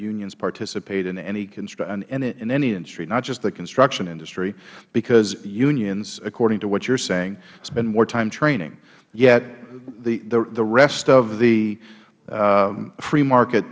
unions participate in any industry not just the construction industry because unions according to what you are saying spend more time training yet the rest of the free market